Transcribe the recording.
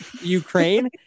Ukraine